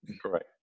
Correct